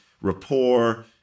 rapport